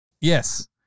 Yes